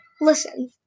listen